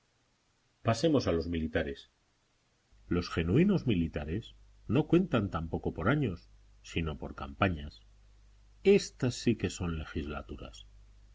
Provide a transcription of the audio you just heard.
pasemos a los militares los genuinos militares no cuentan tampoco por años sino por campañas éstas sí que son legislaturas